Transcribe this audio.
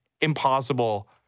impossible